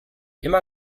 immer